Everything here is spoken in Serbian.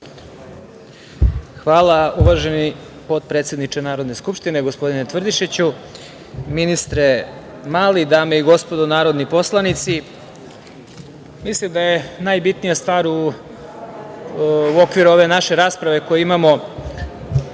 Hvala, uvaženi potpredsedniče Narodne skupštine gospodine Tvrdišiću. Ministre Mali, dame i gospodo narodni poslanici, mislim da je najbitnija stvar u okviru ove naše rasprave koju imamo